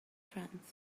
friends